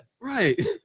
Right